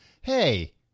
hey